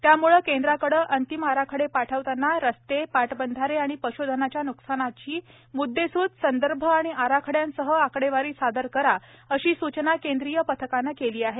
त्याम्ळे केंद्राकडे अंतिम आराखडे पाठवताना रस्ते पाटबंधारे आणि पशधनाच्या न्कसानीची म्द्देसूद संदर्भ आणि आराखड्यांसह आकडेवारी सादर कराअशी सूचना केंद्रीय पथकाने केली आहे